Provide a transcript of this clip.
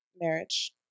Marriage